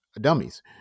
dummies